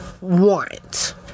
want